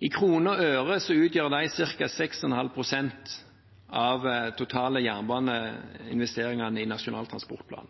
I kroner og øre utgjør de ca. 6,5 pst. av de totale jernbaneinvesteringene i Nasjonal transportplan.